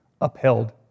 upheld